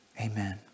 Amen